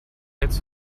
jetzt